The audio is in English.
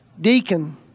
Deacon